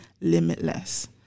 limitless